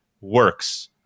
works